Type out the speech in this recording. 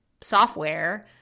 software